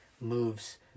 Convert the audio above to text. moves